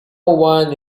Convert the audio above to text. wine